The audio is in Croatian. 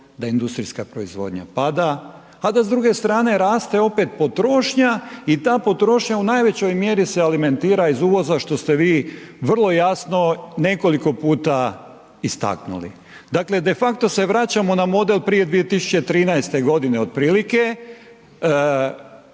da industrijska proizvodnja pada, a da s druge strane raste opet potrošnja i ta potrošnja u najvećoj mjeri se alimentira iz uvoza, što ste vi vrlo jasno nekoliko puta istaknuli. Dakle, defakto se vraćamo na model prije 2013.g. otprilike,